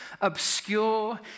obscure